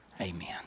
amen